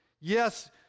Yes